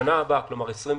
לשנה הבאה, כלומר 2021,